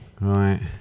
Right